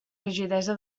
rigidesa